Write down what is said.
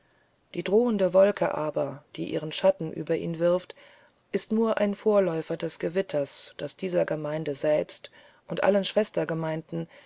die drohende wolke aber die ihren schatten über ihn wirft ist nur ein vorläufer des gewitters das dieser gemeinde selbst und allen